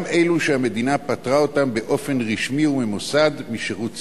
גם אלו שהמדינה פטרה אותם באופן רשמי וממוסד משירות צבאי.